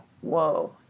Whoa